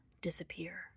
disappear